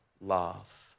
love